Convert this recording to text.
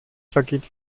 vergeht